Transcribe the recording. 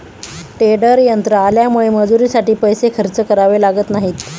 tedder यंत्र आल्यामुळे मजुरीसाठी पैसे खर्च करावे लागत नाहीत